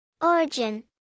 Origin